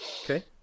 okay